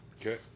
Okay